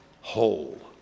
whole